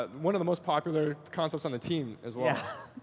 ah one of the most popular concepts on the team as well.